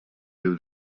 viu